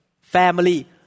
family